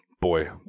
boy